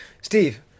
Steve